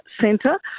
centre